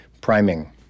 Priming